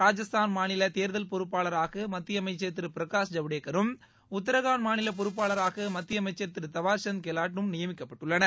ராஜஸ்தான் மாநில தேர்தல் பொறுப்பாளராக மத்திய அமைச்சர் திரு பிரகாஷ் ஜவ்டேக்கரும் உத்தரகாண்ட் மாநில பொறுப்பாளராக மத்திய அமைச்சர் திரு தாவர்சந்த் கெலாட்டும் நியமிக்ககப்பட்டுள்ளனர்